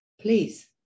please